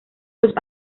los